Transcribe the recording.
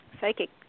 psychic